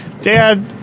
Dad